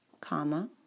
comma